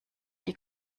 die